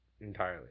entirely